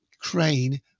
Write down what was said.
crane